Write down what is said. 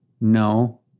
No